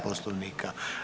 Poslovnika.